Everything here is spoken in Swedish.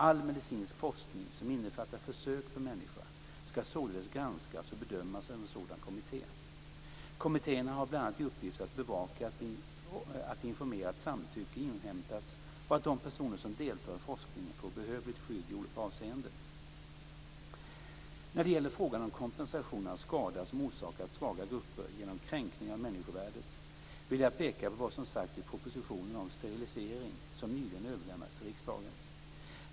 All medicinsk forskning som innefattar försök på människa skall således granskas och bedömas av en sådan kommitté. Kommittéerna har bl.a. i uppgift att bevaka att informerat samtycke inhämtats och att de personer som deltar i forskningen får behövligt skydd i olika avseenden. När det gäller frågan om kompensation av skada som orsakats svaga grupper genom kränkningar av människovärdet vill jag peka på vad som sagts i den proposition om sterilisering som nyligen överlämnats till riksdagen.